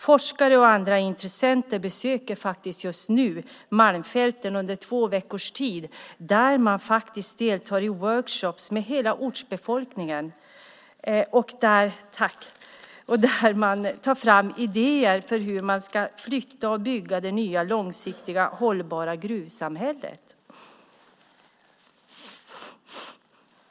Forskare och andra intressenter besöker just nu malmfälten under två veckors tid, där man deltar i workshoppar med hela ortsbefolkningen och tar fram idéer för hur man ska flytta och bygga det nya, långsiktigt hållbara gruvsamhället.